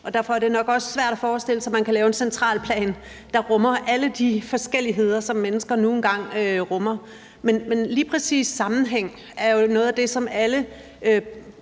og derfor er det nok også svært at forestille sig, at man kan lave en central plan, der rummer alle de forskelligheder, som mennesker nu engang rummer, men lige præcis sammenhæng er jo noget af det, som alle